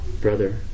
Brother